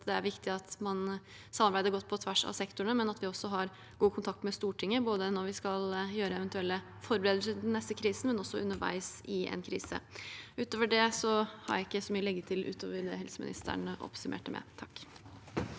det er viktig at man samarbeider godt på tvers av sektorene, og at vi har god kontakt med Stortinget både når vi skal gjøre eventuelle forberedelser til den neste krisen, og også underveis i en krise. Utover det har jeg ikke så mye å legge til det helseministeren oppsummerte med.